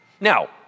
Now